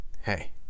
hey